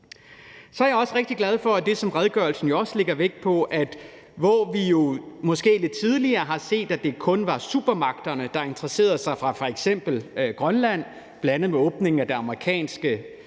er jeg også rigtig glad for, at det, som redegørelsen også lægger vægt på, er, at hvor vi jo tidligere måske har set, at det kun var supermagterne, der interesserede sig for f.eks. Grønland, bl.a. med åbningen af det amerikanske